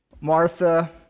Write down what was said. Martha